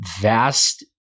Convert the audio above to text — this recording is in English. vast